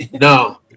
no